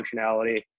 functionality